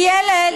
כי אלה,